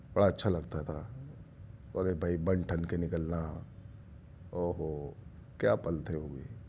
بڑا اچھا لگتا تھا ارے بھائی بن ٹھن کے نکلنا اوہو کیا پل تھے وہ بھی